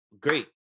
great